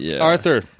Arthur